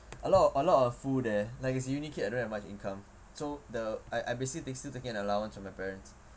a lot a lot of there like as a uni kid I don't have much income so the I I basically take still taking an allowance from my parents